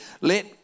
Let